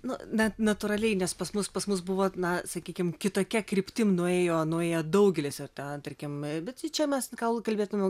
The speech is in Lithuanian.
nu bent natūraliai nes pas mus pas mus buvo na sakykim kitokia kryptim nuėjo nuėjo daugelis ir tą tarkim bet čia mes gal galėtumėm